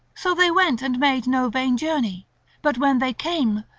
so they went and made no vain journey but when they came,